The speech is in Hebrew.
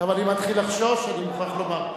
עכשיו אני מתחיל לחשוש, אני מוכרח לומר.